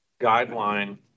guideline